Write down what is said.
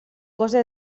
cosa